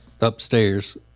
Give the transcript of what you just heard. upstairs